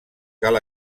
cal